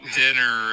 dinner